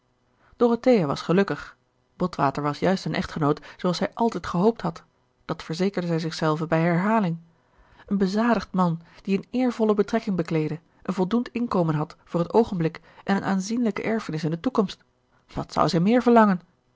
dorothea was gelukkig botwater was juist een echtgenoot zooals zij altijd gehoopt had dat verzekerde zij zich gerard keller het testament van mevrouw de tonnette zelve bij herhaling een bezadigd man die eene eervolle betrekking bekleedde een voldoend inkomen had voor het oogenblik en eene aanzienlijke erfenis in de toekomst wat zou zij meer verlangen